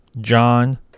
John